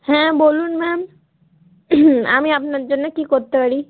হ্যাঁ বলুন ম্যাম আমি আপনার জন্য কী করতে পারি